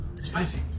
Spicy